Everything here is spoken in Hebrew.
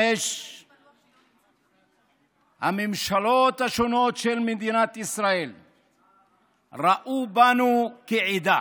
5. הממשלות השונות של מדינת ישראל ראו בנו עדה.